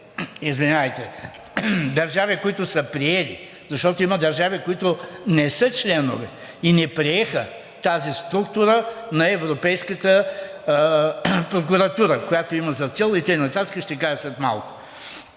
от 22-те държави, които са приели, защото има държави, които не са членове и не приеха тази структура на Европейската прокуратура, която има за цел и така нататък, ще кажа след